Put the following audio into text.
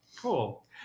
cool